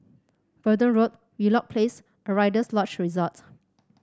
Verdun Road Wheelock Place a Rider's Lodge Resort